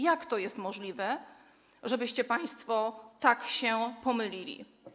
Jak to jest możliwe, żebyście państwo tak się pomylili?